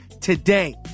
today